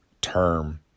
term